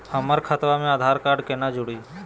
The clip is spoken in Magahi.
हमर खतवा मे आधार कार्ड केना जुड़ी?